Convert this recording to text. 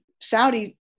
Saudi